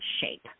shape